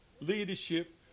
leadership